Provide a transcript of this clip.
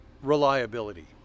reliability